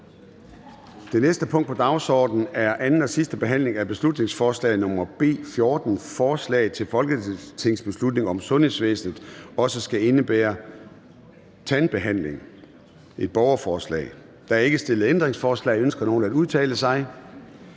Det næste punkt på dagsordenen er: 7) 2. (sidste) behandling af beslutningsforslag nr. B 14: Forslag til folketingsbeslutning om, at sundhedsvæsenet også skal indebære tandbehandling (borgerforslag). Af Leif Lahn Jensen (S), Lars